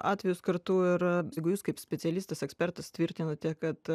atvejus kartu ir jeigu jūs kaip specialistas ekspertas tvirtinate kad